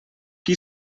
qui